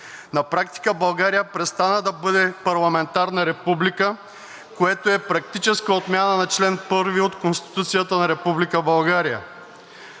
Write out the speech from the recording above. На практика България престана да бъде парламентарна република, което е практическа отмяна на чл. 1 от Конституцията на Република